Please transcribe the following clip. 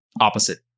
opposite